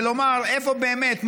ולומר איפה באמת,